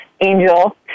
angel